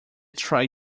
try